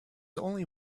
only